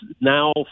now